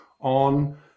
on